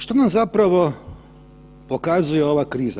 Što nam zapravo pokazuje ova kriza?